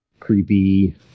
Creepy